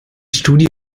studie